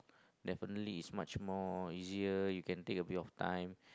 definitely is much more easier you can take a bit of time